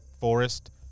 forest